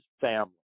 family